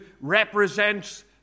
represents